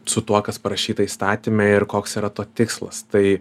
su tuo kas parašyta įstatyme ir koks yra to tikslas tai